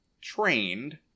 trained